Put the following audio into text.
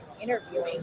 interviewing